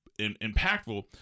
impactful